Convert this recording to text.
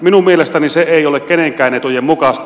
minun mielestäni se ei ole kenenkään etujen mukaista